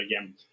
again